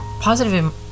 positive